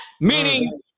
meaning